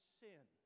sin